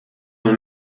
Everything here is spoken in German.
und